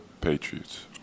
Patriots